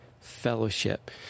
fellowship